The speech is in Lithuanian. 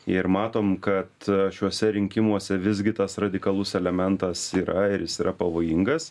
ir matom kad šiuose rinkimuose visgi tas radikalus elementas yra ir jis yra pavojingas